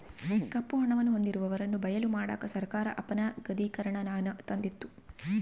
ಕಪ್ಪು ಹಣವನ್ನು ಹೊಂದಿರುವವರನ್ನು ಬಯಲು ಮಾಡಕ ಸರ್ಕಾರ ಅಪನಗದೀಕರಣನಾನ ತಂದಿತು